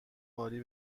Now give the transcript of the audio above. عالی